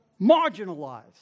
marginalized